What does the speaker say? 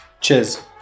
Cheers